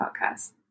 podcast